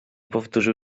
powtórzył